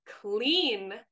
clean